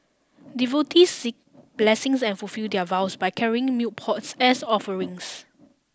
devotees seek blessings and fulfil their vows by carrying milk pots as offerings